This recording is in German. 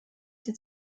sie